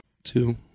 Two